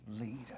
leader